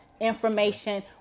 information